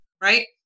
right